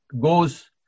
goes